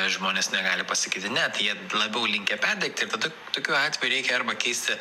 žmonės negali pasakyti ne tai jie labiau linkę perdegti tada tokiu atveju reikia arba keisti